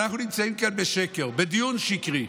אנחנו נמצאים כאן בשקר, בדיון שקרי.